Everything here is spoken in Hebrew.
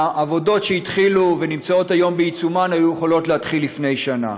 העבודות שהתחילו ונמצאות היום בעיצומן היו יכולות להתחיל לפני שנה.